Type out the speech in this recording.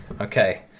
Okay